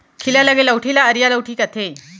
खीला लगे लउठी ल अरिया लउठी कथें